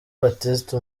baptiste